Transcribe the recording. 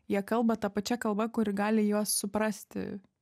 jie kalba ta pačia kalba kur gali juos suprasti